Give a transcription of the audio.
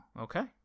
Okay